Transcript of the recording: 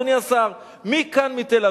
אדוני השר: מי כאן מתל-אביב?